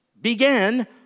began